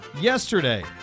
Yesterday